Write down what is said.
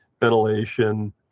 ventilation